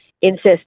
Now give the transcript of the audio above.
incest